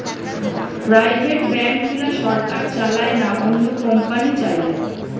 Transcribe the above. private bank গুলা সরকার চালায় না, অন্য কোম্পানি চালায়